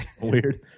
weird